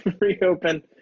reopen